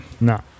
No